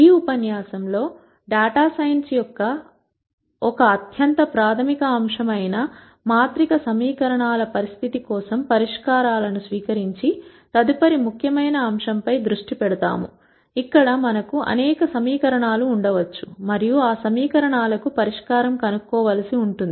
ఈ ఉపన్యాసం లో డాటాసైన్స్ యొక్క ఒక అత్యంత ప్రాథమిక అంశం అయినా మాత్రిక సమీకరణాల పరిస్థితి కోసం పరిష్కారాలను స్వీకరించి తదుపరి ముఖ్యమైన అంశంపై దృష్టి పెడతాము ఇక్కడ మనకు అనేక సమీకరణాలుఉండవచ్చు మరియు ఆ సమీకరణాలకు పరిష్కారం కనుక్కో వలసి ఉంటుంది